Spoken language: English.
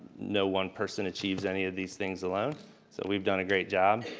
no one person achieves any of these things alone. so we've done a great job.